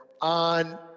on